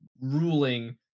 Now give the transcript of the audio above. ruling